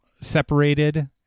separated